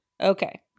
Okay